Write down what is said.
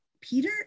peter